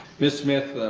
ms. smith,